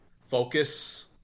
focus